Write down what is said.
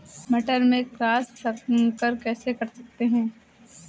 मटर में क्रॉस संकर कैसे कर सकते हैं?